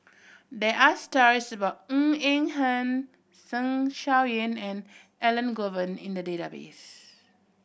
there are stories about Ng Eng Hen Zeng Shouyin and Elangovan in the database